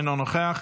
אינו נוכח,